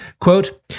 Quote